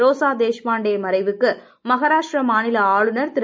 ரோசா Deshpande மறைவுக்கு மகாராஷ்ட்டிர மாநில ஆளுநர் திரு